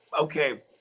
okay